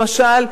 למשל,